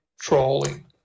trolling